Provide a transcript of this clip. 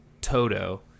Toto